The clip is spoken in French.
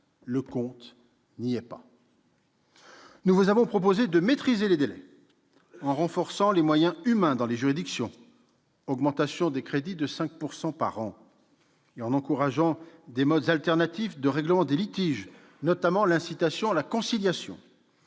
le compte n'y est pas. Nous avons proposé de maîtriser les délais, en renforçant les moyens humains dans les juridictions- augmentation des crédits de 5 % par an -et en encourageant des modes alternatifs de règlement des litiges, notamment l'incitation à la conciliation.